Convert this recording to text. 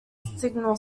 signal